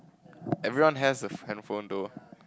every one has a handphone though